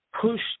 push